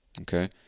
okay